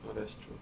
oh that's true